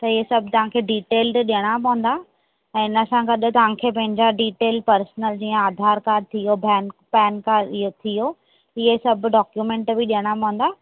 हे सभु तव्हांखे डीटेल्ड ॾियणा पवंदा ऐं हिनखां गॾु तव्हांखे पंहिंजा डीटेल पर्सनल जीअं आधार कार्ड थियो बैंक पेन कार्ड थियो इहे सभु डाक्यूमेंट बि ॾियणा पवंदा